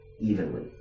evenly